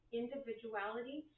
individuality